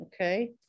okay